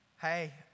Hey